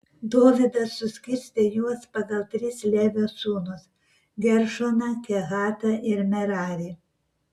dovydas suskirstė juos pagal tris levio sūnus geršoną kehatą ir merarį